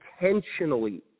intentionally